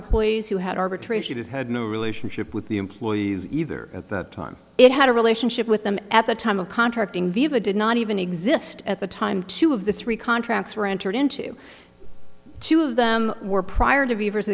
employees who had arbitrate it had no relationship with the employees either at the time it had a relationship with them at the time of contracting vivah did not even exist at the time two of the three contracts were entered into two of them were prior to